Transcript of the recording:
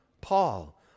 Paul